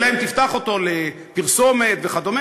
אלא אם כן תפתח אותה לפרסומת וכו',